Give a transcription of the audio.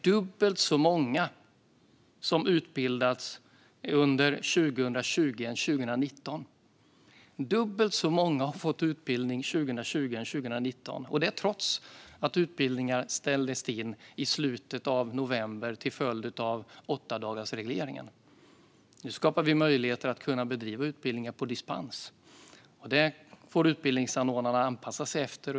Dubbelt så många utbildades ju under 2020 som under 2019, trots att utbildningar ställdes in i slutet av november till följd av åttadagarsregeln. Nu skapar vi möjligheter att bedriva utbildningar på dispens, och detta får utbildningsanordnarna anpassa sig efter.